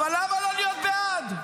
אבל למה לא להיות בעד?